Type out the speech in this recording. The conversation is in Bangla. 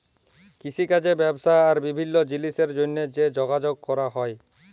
কিষিকাজ ব্যবসা আর বিভিল্ল্য জিলিসের জ্যনহে যে যগাযগ ক্যরা হ্যয়